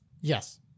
Yes